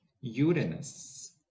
uranus